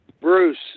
Bruce